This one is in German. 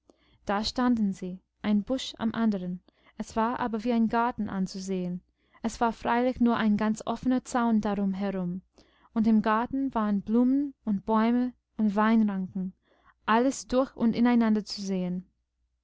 da standen sie ein busch am anderen es war aber wie ein garten anzusehen es war freilich nur ein ganz offener zaun darum herum und im garten waren blumen und bäume und weinranken alles durch und ineinander zu sehen